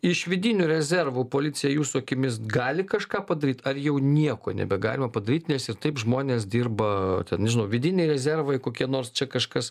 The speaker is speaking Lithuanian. iš vidinių rezervų policija jūsų akimis gali kažką padaryt ar jau nieko nebegalima padaryt nes ir taip žmonės dirba ten nežinau vidiniai rezervai kokie nors čia kažkas